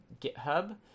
GitHub